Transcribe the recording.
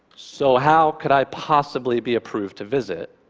so how could i possibly be approved to visit?